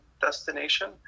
destination